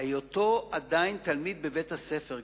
היותו עדיין תלמיד בבית-הספר,